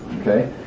Okay